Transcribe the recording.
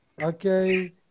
Okay